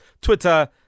Twitter